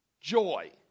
joy